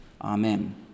amen